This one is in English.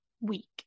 week